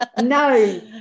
No